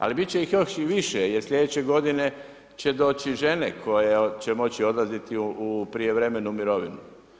Ali bit će ih još i više jer sljedeće godine će doći žene koje će moći odlaziti u prijevremenu mirovinu.